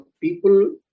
people